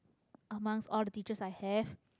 amongst all the teachers I have